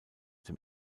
dem